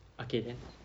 okay then